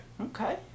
Okay